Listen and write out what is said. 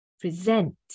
present